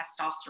testosterone